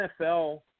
NFL